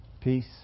peace